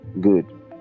good